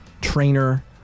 trainer